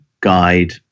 guide